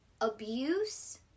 Abuse